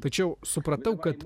tačiau supratau kad